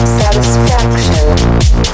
satisfaction